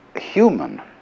human